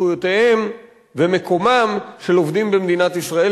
זכויותיהם ומקומם של עובדים במדינת ישראל,